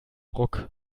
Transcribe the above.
ruck